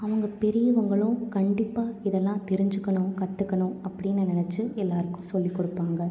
அவங்க பெரியவங்களும் கண்டிப்பாக இதெல்லாம் தெரிஞ்சிக்கணும் கற்றுக்கணும் அப்படின்னு நினச்சி எல்லாருக்கும் சொல்லி கொடுப்பாங்க